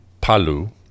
Palu